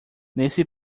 nesse